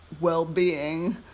well-being